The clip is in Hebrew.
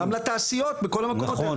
ברור, גם לתעשיות בכל המקום הזה, נכון.